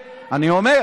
מלחמות.